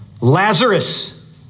Lazarus